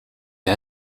est